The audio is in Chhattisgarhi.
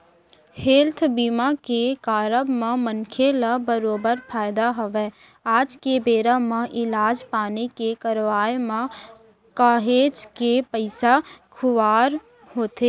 हेल्थ बीमा के कारब म मनखे ल बरोबर फायदा हवय आज के बेरा म इलाज पानी के करवाय म काहेच के पइसा खुवार होथे